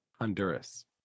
Honduras